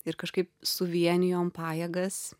ir kažkaip suvienijom pajėgas